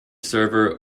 server